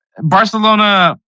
Barcelona